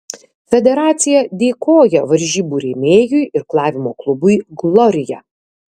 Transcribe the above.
federacija dėkoja varžybų rėmėjui irklavimo klubui glorija